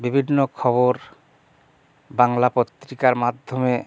বিভিন্ন খবর বাংলা পত্রিকার মাধ্যমে